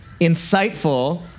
insightful